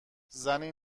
زنی